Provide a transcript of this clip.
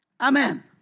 Amen